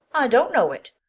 don't know it.